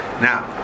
Now